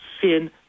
sin